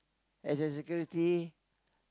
as a security